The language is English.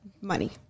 money